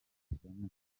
serukiramuco